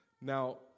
now